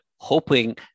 Hoping